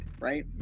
right